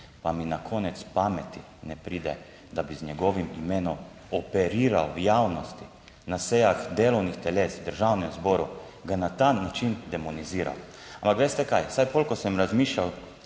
pa mi na konec pameti ne pride, da bi z njegovim imenom operiral v javnosti, na sejah delovnih teles v Državnem zboru ga na ta način demonizira. Ampak veste kaj, vsaj pol, ko sem razmišljal,